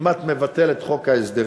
כמעט מבטל את חוק ההסדרים.